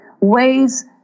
ways